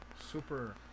super